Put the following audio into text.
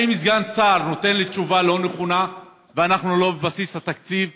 האם סגן שר נותן לי תשובה לא נכונה ואנחנו לא בבסיס התקציב?